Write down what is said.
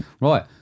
right